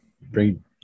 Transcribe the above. bring –